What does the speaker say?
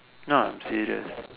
no I'm serious